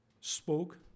spoke